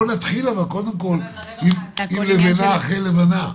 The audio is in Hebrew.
אבל בואו נתחיל קודם כל לבנה אחרי לבנה.